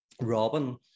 Robin